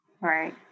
Right